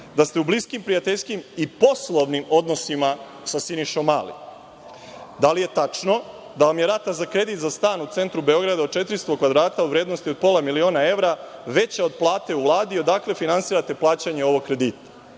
da ste u bliskim, prijateljskim i poslovnim odnosima sa Sinišom Mali? Da li je tačno da vam je rata za kredit za stan u centru Beograda, od 400 m2 u vrednosti od pola miliona evra, veća od plate u Vladi, i odakle finansirate plaćanje ovog kredita?